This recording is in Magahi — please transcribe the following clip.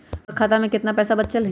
हमर खाता में केतना पैसा बचल हई?